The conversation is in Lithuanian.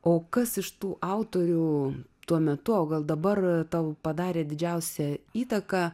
o kas iš tų autorių tuo metu o gal dabar tau padarė didžiausią įtaką